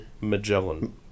Magellan